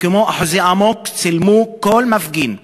וכמו אחוזי אמוק צילמו כל מפגין,